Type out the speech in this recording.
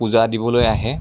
পূজা দিবলৈ আহে